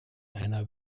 einer